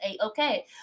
okay